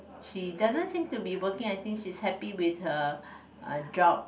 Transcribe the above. she doesn't seem to be working I think she is happy with her uh job